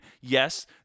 Yes